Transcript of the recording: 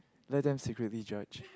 let them secretly judge